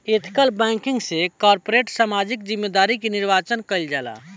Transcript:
ethical banking से corporate सामाजिक जिम्मेदारी के निर्वाचन कईल जाला